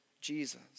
Jesus